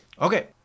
Okay